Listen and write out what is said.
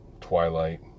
Twilight